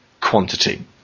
quantity